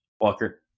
Walker